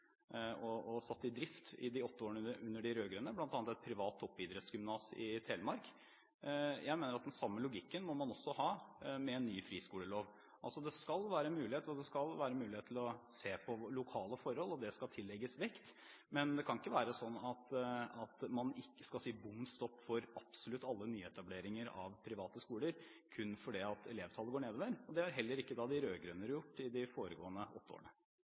og satt i drift i de åtte årene under de rød-grønne, bl.a. et privat toppidrettsgymnas i Telemark. Jeg mener at man også må ha den samme logikken med en ny friskolelov. Det skal være mulighet til å se på lokale forhold, og det skal tillegges vekt, men det kan ikke være sånn at man skal si bom stopp for absolutt alle nyetableringer av private skoler kun fordi elevtallet går nedover. Det har heller ikke de rød-grønne gjort i de foregående